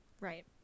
Right